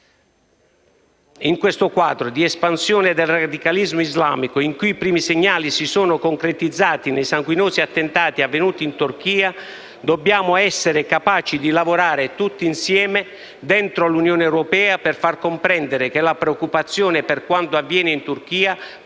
In questo quadro di espansione del radicalismo islamico, i cui primi segnali si sono concretizzati nei sanguinosi attentati avvenuti in Turchia, dobbiamo essere capaci di lavorare insieme all'interno dell'Unione europea per far comprendere che la preoccupazione per quanto avviene in Turchia,